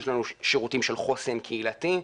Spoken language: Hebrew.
יש לנו שירותים של חוסן קהילתי: